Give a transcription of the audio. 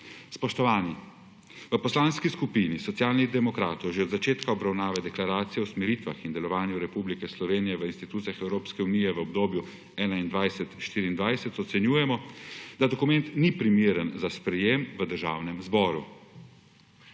Spoštovani, v Poslanski skupini Socialnih demokratov že od začetka obravnave deklaracije o usmeritvah in delovanju Republike Slovenije v institucijah Evropske unije v obdobju 2021–2024 ocenjujemo, da dokument ni primeren za sprejetje v Državnem zboru.